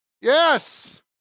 Yes